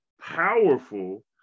powerful